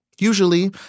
Usually